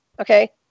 Okay